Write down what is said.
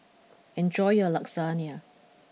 enjoy your Lasagna